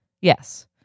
yes